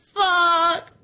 fuck